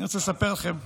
אני רוצה לספר לכם סיפור.